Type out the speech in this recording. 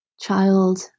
child